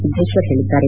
ಸಿದ್ದೇಶ್ವರ್ ಪೇಳಿದ್ದಾರೆ